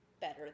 better